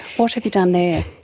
what have you done there?